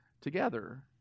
together